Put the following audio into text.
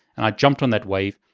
and i jumped on that wave,